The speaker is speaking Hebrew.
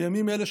בימים אלה,